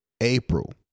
April